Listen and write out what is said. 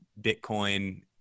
Bitcoin